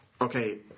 Okay